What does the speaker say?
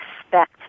expect